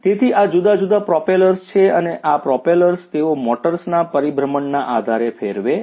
તેથી આ જુદા જુદા પ્રોપેલર્સ છે અને આ પ્રોપેલર્સ તેઓ મોટર્સના પરિભ્રમણના આધારે ફેરવે છે